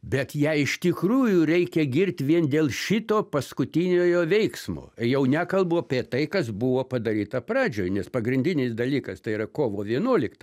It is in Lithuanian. bet ją iš tikrųjų reikia girt vien dėl šito paskutiniojo veiksmo jau nekalbu apie tai kas buvo padaryta pradžioj nes pagrindinis dalykas tai yra kovo vienuolikta